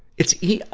it's ea,